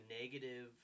negative